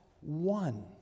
one